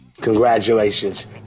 Congratulations